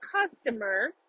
customer